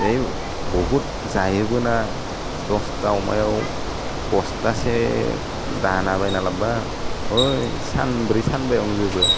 है बहुद जायोबोना दस्था अमायाव बस्थासे दाना बायना लाबोबा है सानब्रै सानबायावनो जोबो